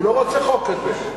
הוא לא רוצה חוק כזה.